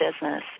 business